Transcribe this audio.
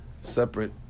separate